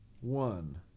one